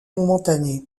momentané